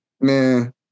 Man